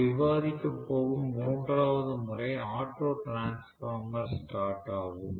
நாம் விவாதிக்கப் போகும் மூன்றாவது முறை ஆட்டோ டிரான்ஸ்பார்மர் ஸ்டார்ட் ஆகும்